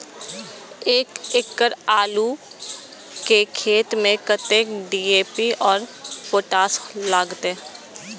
एक एकड़ आलू के खेत में कतेक डी.ए.पी और पोटाश लागते?